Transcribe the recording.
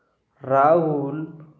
Rahul